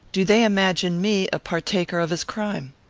do they imagine me a partaker of his crime?